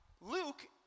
Luke